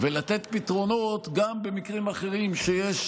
ולתת פתרונות גם במקרים אחרים שיש